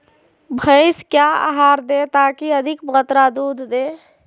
भैंस क्या आहार दे ताकि अधिक मात्रा दूध दे?